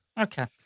Okay